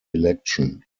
election